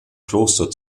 kloster